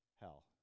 hell